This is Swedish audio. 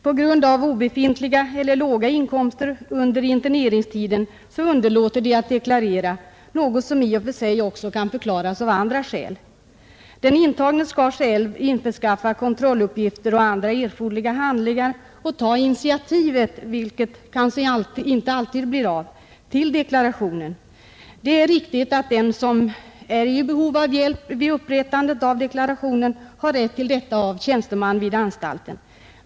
På grund av obefintliga eller låga inkomster under interneringstiden underlåter de att deklarera, något som i och för sig också kan förklaras av andra skäl. Den intagne skall själv införskaffa kontrolluppgifter och andra erforderliga handlingar och ta initiativet — vilket kanske inte alltid blir av — till deklarationen. Det är riktigt att den som är i behov av hjälp vid upprättandet av deklarationen har rätt att få sådan av tjänsteman vid anstalten.